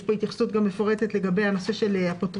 יש פה התייחסות מפורטת גם לגבי נושא האפוטרופוסים,